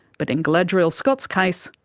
but in galadriel scott's case,